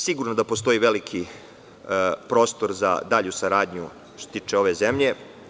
Sigurno da postoji veliki prostor za dalju saradnju što se tiče ove zemlje.